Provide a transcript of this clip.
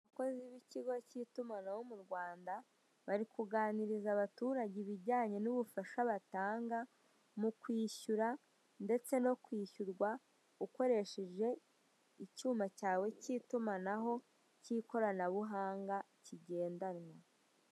Abakozi b'ikigo k'itumanaho mu Rwanda, bari kuganiriza abaturage ibijyanye n'ubufasha batanga: mu kwishyura ndetse no kwishyurwa, ukoresheje icyuma cyawe cy'itumanaho cy'ikoranabuhanga kigendanwa.